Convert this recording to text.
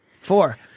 Four